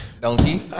Donkey